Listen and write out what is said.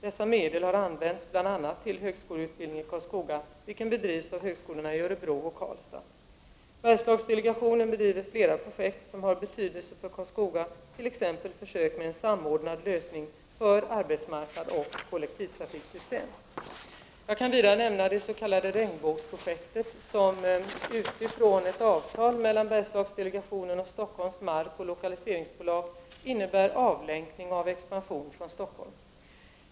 Dessa medel har använts bl.a. till högskoleutbildning i Karlskoga, vilken bedrivs av högskolorna i Örebro och Karlstad. Bergslagsdelegationen bedriver flera projekt som har betydelse för Karlskoga, t.ex. försök med en samordnad lösning för arbetsmarknad och kollektivtrafiksystem. Jag kan vidare nämna det s.k. Regnbågsprojektet, som utifrån ett avtal mellan Bergslagsdelegationen och Stockholms Markoch Lokaliseringsbolag innebär avlänkning av expansion från Stockholm.